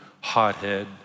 hothead